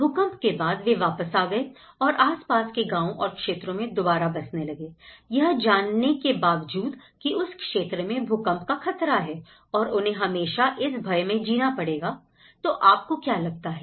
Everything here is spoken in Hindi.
भूकंप के बाद वे वापस आ गए और आस पास के गांव और क्षेत्रों में दोबारा बसने लगे यह जानने के बावजूद कि उस क्षेत्र में भूकंप का खतरा है और उन्हें हमेशा इस भय में जीना पड़ेगा तो आपको क्या लगता है